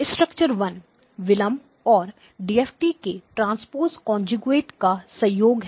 structure 1 विलंब और DFT के ट्रांसपोज़ कन्ज्यूगेट का सहयोग है